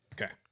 Okay